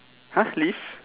!huh! list